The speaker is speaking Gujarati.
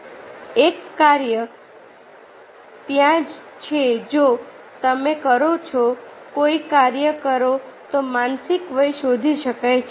એક કાર્ય ત્યાં છે જો તમે કરો જો કોઈ કાર્ય કરે તો માનસિક વય શોધી શકાય છે